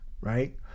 right